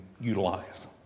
utilize